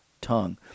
tongue